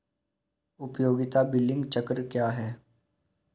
उपयोगिता बिलिंग चक्र क्या है?